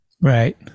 Right